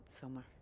summer